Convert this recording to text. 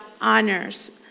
honors